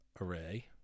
Array